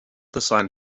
design